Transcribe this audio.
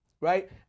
right